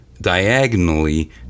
diagonally